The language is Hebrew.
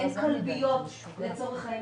אין כלביות לצורך העניין,